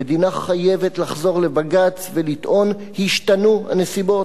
המדינה חייבת לחזור לבג"ץ ולטעון: השתנו הנסיבות,